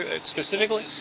specifically